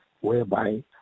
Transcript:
whereby